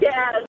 Yes